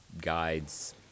guides